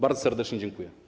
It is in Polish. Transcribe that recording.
Bardzo serdecznie dziękuję.